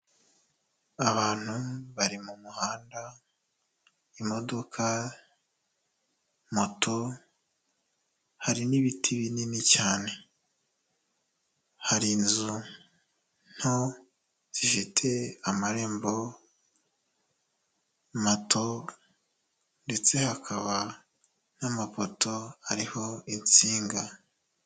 Imodoka isa umukara irimo irinjira mu muhanda wa kaburimbo imbere yaho hari icyapa gisa umutuku cy'umurongo w'itumanaho wa Eyateri iruhande hakaba hari igipangu cy'icyatsi kiriho urukuta rw'umweru hari amatafari ya ruriba n'ibyapa byo mu muhanda bikoreshejwe ibyuma, imodoka ziri imbere hari n'igikuta cyanditseho mitsingi .